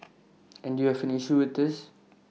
and you have an issue with this